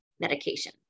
medication